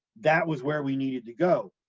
that was where we needed to go.